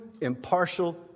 impartial